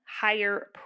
higher